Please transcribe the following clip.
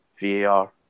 VAR